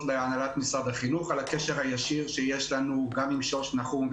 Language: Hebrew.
להנהלת משרד החינוך על הקשר הישיר שיש לנו גם עם שוש נחום,